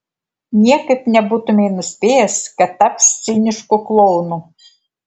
niekaip nebūtumei nuspėjęs kad taps cinišku klounu